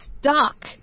stuck